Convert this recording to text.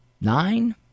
Nine